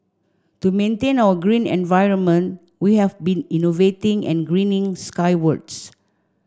to maintain our green environment we have been innovating and greening skywards